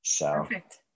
Perfect